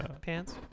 pants